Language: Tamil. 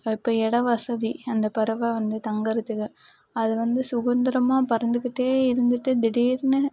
இப்போ இட வசதி அந்த பறவை வந்து தங்கறத்துக்கு அது வந்து சுதந்தரமா பறந்துக்கிட்டே இருந்துட்டு திடீர்னு